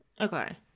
Okay